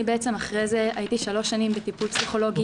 אני בעצם אחרי זה הייתי שלוש שנים בטיפול פסיכולוגי אתי.